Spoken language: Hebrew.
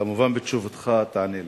כמובן, בתשובתך תענה לי,